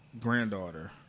granddaughter